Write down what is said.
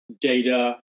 data